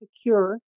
secure